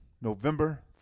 November